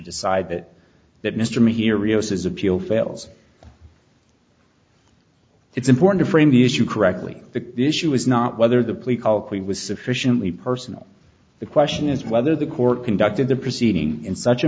decide that that mr me here rios is appeal fails it's important to frame the issue correctly the issue is not whether the plea colloquy was sufficiently personal the question is whether the court conducted the proceeding in such a